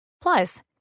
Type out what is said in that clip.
Plus